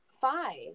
five